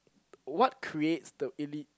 what creates the elite